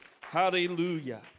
Hallelujah